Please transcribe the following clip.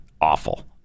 Awful